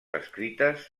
escrites